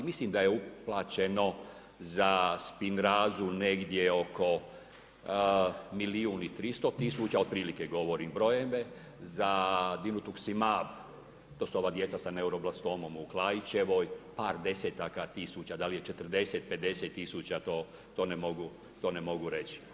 Mislim da je uplaćeno za spinrazu negdje oko 1.300.000,00 tisuća otprilike govorim brojeve, za dinutuksimar, to su ova djeca sa neuroblakstomom u Klaićevoj par desetaka tisuća, da li je 40,50 tisuća to to ne mogu reći.